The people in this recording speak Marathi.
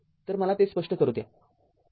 तर मला ते स्पष्ट करू द्या